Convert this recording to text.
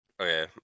Okay